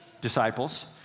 disciples